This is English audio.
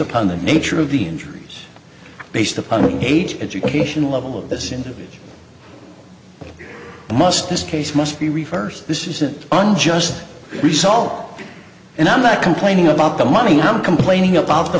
upon the nature of the injuries based upon the age education level of this individual must this case must be reversed this is an unjust result and i'm not complaining about the money i'm complaining about the